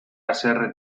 haserre